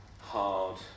hard